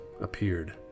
appeared